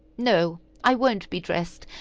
no, i won't be dressed.